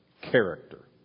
character